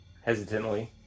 hesitantly